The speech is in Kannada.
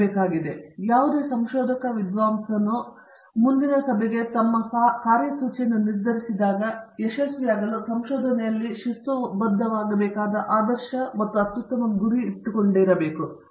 ಪ್ರೊಫೆಸರ್ ರಾಜೇಶ್ ಕುಮಾರ್ ಮತ್ತು ಯಾವುದೇ ಸಂಶೋಧಕ ವಿದ್ವಾಂಸರು ಮುಂದಿನ ಸಭೆಗೆ ತಮ್ಮ ಕಾರ್ಯಸೂಚಿಯನ್ನು ನಿರ್ಧರಿಸಿದಾಗ ಇದು ಯಶಸ್ವಿಯಾಗಲು ಸಂಶೋಧನೆಯಲ್ಲಿ ಶಿಸ್ತುಬದ್ಧವಾಗಬೇಕಾದ ಆದರ್ಶ ಮತ್ತು ಅತ್ಯುತ್ತಮ ಗುರಿ ಇರಬೇಕು ಅವರು ಹಿಂದಿನ ಚರ್ಚೆಯಲ್ಲಿ ಚರ್ಚಿಸಿದ ಕನಿಷ್ಠ ಪಕ್ಷ 75 ಪ್ರತಿಶತದೊಂದಿಗೆ ಸಿದ್ಧಪಡಿಸುವ ಪ್ರಯತ್ನವನ್ನು ನೀಡಬೇಕು